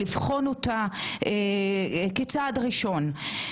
לבחון אותה כצעד ראשון.